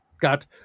got